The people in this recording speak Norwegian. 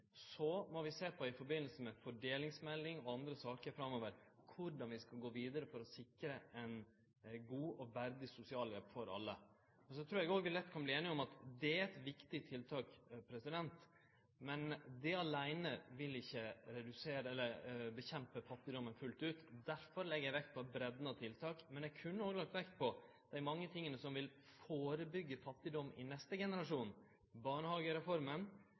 Så må vi, i samband med fordelingsmeldinga og andre saker framover, sjå på korleis vi skal gå vidare for å sikre ei god og verdig sosialhjelp for alle. Eg trur vi lett kan verte einige om at det er eit viktig tiltak, men det aleine vil ikkje utrydde fattigdommen fullt ut. Derfor legg eg vekt på breidda av tiltak. Eg kunne òg ha lagt vekt på dei mange tinga som vil førebyggje fattigdom i neste generasjon: